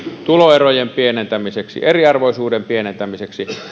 tuloerojen pienentämiseksi eriarvoisuuden pienentämiseksi